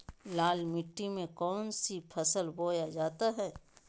लाल मिट्टी में कौन सी फसल बोया जाता हैं?